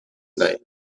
night